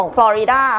Florida